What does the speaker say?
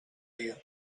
dia